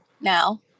now